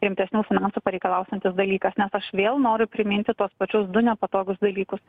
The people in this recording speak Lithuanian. rimtesnių finansų pareikalausiantis dalykas nes aš vėl noriu priminti tuos pačius du nepatogius dalykus